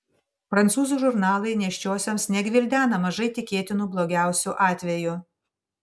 prancūzų žurnalai nėščiosioms negvildena mažai tikėtinų blogiausių atvejų